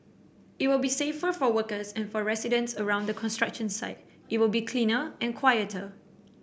it will be safer for workers and for residents around the construction site it will be cleaner and quieter